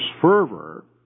fervor